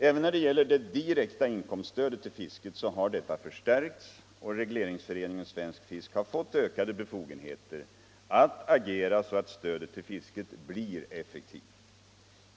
Även det direkta inkomststödet till fisket har förstärkts, och regleringsföreningen Svensk fisk har fått ökade befogenheter att agera så att stödet till fisket blir effektivt.